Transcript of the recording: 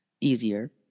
easier